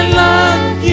love